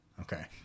Okay